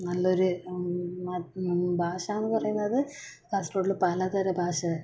നല്ലൊരു ഭാഷ എന്നുപറയുന്നത് കാസർഗോഡിൽ പലതര ഭാഷ